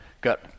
Got